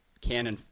Canon